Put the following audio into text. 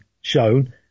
shown